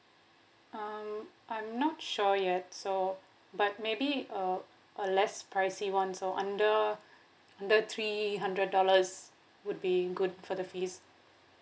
um I'm not sure yet so but maybe uh a less pricey one so under under three hundred dollars would be good for the fees